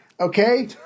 Okay